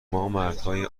مردهای